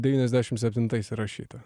devyniasdešim septintais įrašyta